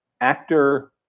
actor